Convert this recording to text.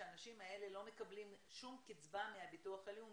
שהאנשים האלה לא מקבלים שום קצבה מהביטוח הלאומי,